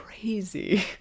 crazy